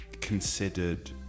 considered